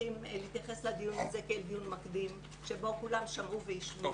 צריכים להתייחס לדיון הזה כאל דיון מקדים שבו כולם שמעו והשמיעו,